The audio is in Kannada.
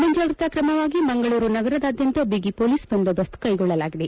ಮಂಜಾಗ್ರತಾ ಕ್ರಮವಾಗಿ ಮಂಗಳೂರು ಸಗರಾದ್ಯಂತ ಬಿಗಿ ಹೋಲಿಸ್ ಬಂದೋಬಸ್ತ್ ಕೈಗೊಳ್ಳಲಾಗಿದೆ